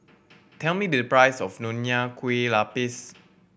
tell me the price of Nonya Kueh Lapis